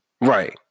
Right